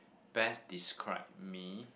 best describe me